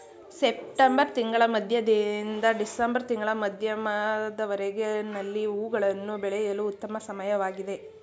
September ತಿಂಗಳ ಮಧ್ಯದಿಂದ December ತಿಂಗಳ ಮಧ್ಯದವರೆಗೆ ಲಿಲ್ಲಿ ಹೂವುಗಳನ್ನು ಬೆಳೆಯಲು ಉತ್ತಮ ಸಮಯವಾಗಿದೆ